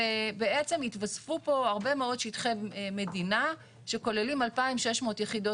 ובעצם התווספו פה הרבה מאוד שטחי מדינה שכוללים 2,600 יחידות